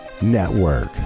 Network